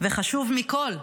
וחשוב מכול: